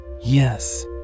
Yes